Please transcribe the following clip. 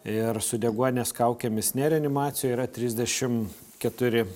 ir su deguonies kaukėmis ne reanimacijoje yra trisdešimt keturi